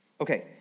Okay